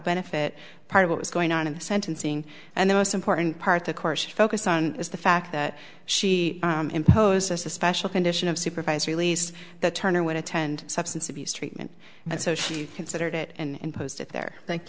benefit part of what was going on in the sentencing and the most important part of course focus on is the fact that she imposes a special condition of supervised release that turner would attend substance abuse treatment and so she considered it and post it there thank